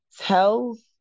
tells